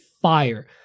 fire